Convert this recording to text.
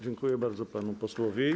Dziękuję bardzo panu posłowi.